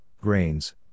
grains